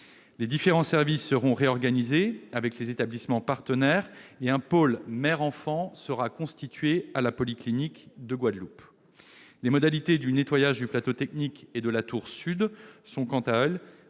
Les différents services seront donc réorganisés en lien avec les établissements partenaires et un pôle mère-enfant sera constitué à la polyclinique de Guadeloupe. Les modalités du nettoyage du plateau technique et de la tour sud sont, quant à elles,